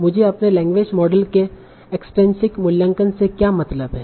मुझे अपने language model के एक्सट्रिनसिक मूल्यांकन से क्या मतलब है